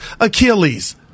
Achilles